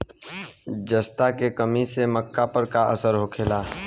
जस्ता के कमी से मक्का पर का असर होखेला?